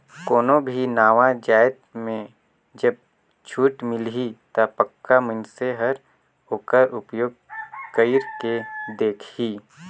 कोनो भी नावा जाएत में जब छूट मिलही ता पक्का मइनसे हर ओकर उपयोग कइर के देखही